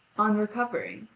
on recovering,